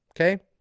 Okay